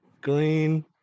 green